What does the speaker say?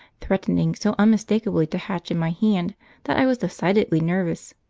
threatening so unmistakably to hatch in my hand that i was decidedly nervous.